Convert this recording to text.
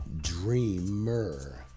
Dreamer